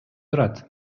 турат